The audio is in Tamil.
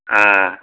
ஆ